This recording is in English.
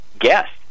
guest